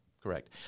Correct